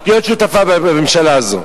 להיות שותפה בממשלה הזו.